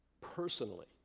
personally